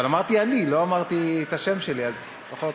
אבל אמרתי אני, לא אמרתי את השם שלי, אז לפחות,